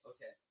Okay